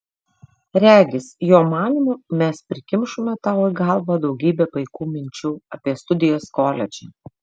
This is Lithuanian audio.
regis jo manymu mes prikimšome tau į galvą daugybę paikų minčių apie studijas koledže